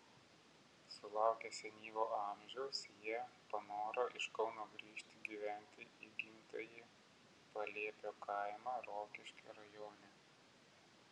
sulaukę senyvo amžiaus jie panoro iš kauno grįžti gyventi į gimtąjį paliepio kaimą rokiškio rajone